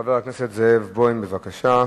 חבר הכנסת זאב בוים, בבקשה.